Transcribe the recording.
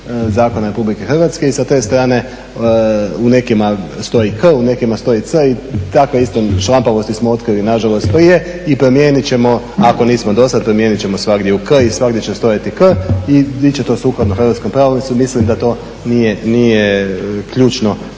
zakona RH i sa te strane u nekim stoji k, u nekim stoji c, i takve isto šlampavosti smo otkrili nažalost prije i promijenit ćemo ako nismo dosad promijenit ćemo svagdje u k i svagdje će stajati k i bit će to sukladno hrvatskom pravopisu. Mislim da to nije ključno